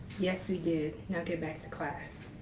yes, we did. now get back to class.